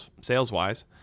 sales-wise